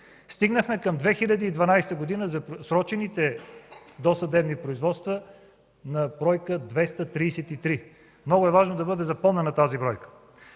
стигнахме към 2012 г. за просрочените досъдебни производство на бройка 233. Много е важно да бъде запомнена тази бройка.